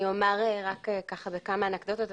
אני אומר רק ככה בכמה אנקדוטות,